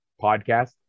podcast